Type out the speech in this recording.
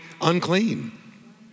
unclean